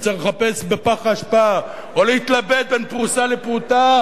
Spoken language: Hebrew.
וצריך לחפש בפח האשפה או להתלבט בין פרוסה לפרוטה,